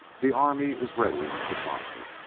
the army is ready to follow.